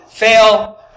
fail